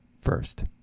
first